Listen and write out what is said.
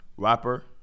rapper